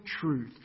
truth